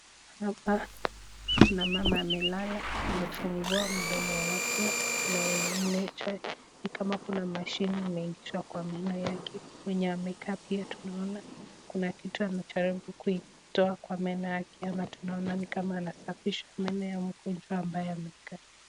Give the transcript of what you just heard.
Hapa kuna mama amelala amefungua mdomo wake inaonyesha nikama kuna mashine imeinginzwa kwa meno yake kwenye amekaa pia tunaona kuna kitu amejaribu kuitoa kwa meno yake ama tuanaona ni kama anasafisha meno ya mgonjwa ambaye amekaa